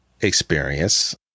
experience